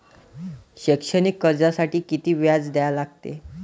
शैक्षणिक कर्जासाठी किती व्याज द्या लागते?